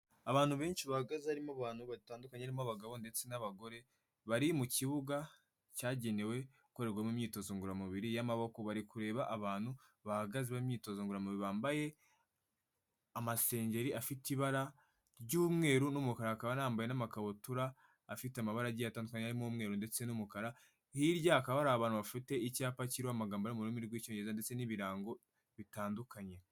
Abantu benshi bahagaze harimo abantu batandukanye, harimo abagabo ndetse n'abagore bari mu kibuga cyagenewe gukorerwamo imyitozo ngororamubiri y'amaboko, bari kureba abantu bahagaze bari imyitozo ngororamubiri, bambaye amasengeri afite ibara ry'umweru n'umukara, akaba n'abambaye n'amakabutura afite amabara agiye atandukanye arimo umweru ndetse n'umukara, hirya hakaba hari abantu bafite icyapa kiriho amagambo ari mu rurimi rw'Icyongereza ndetse n'ibirango bitandukanye.